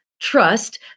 trust